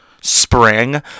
spring